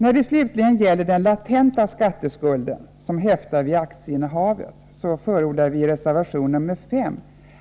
När det slutligen gäller den latenta skatteskulden, som häftar vid aktieinnehavet, förordar vi i reservation 5